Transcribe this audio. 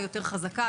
יותר חזקה,